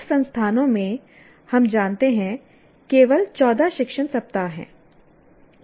कुछ संस्थानों में हम जानते हैं केवल 14 शिक्षण सप्ताह हैं